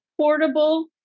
portable